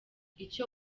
icyo